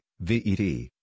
VET